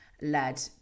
led